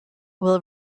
will